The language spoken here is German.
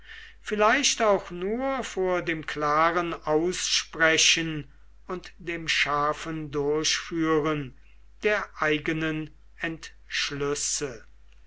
vielleicht auch nur vor dem klaren aussprechen und dem scharfen durchführen der eigenen entschlüsse